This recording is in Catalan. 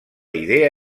idea